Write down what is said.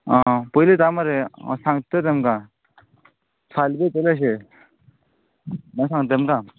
आं पयलीं येता मरे हांव सांगता तर तेमकां फाल्यां बी येतले अशें मागीर सांगता तेमकां